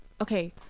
okay